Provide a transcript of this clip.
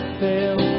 fail